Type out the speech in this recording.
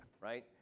right